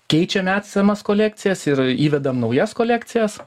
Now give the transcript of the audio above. keičiam esamas kolekcijas ir įvedam naujas kolekcijas